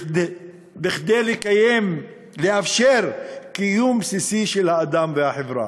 כדי לאפשר קיום בסיסי של האדם והחברה.